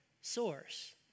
source